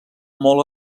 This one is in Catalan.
molt